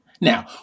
Now